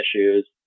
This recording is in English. issues